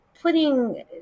Putting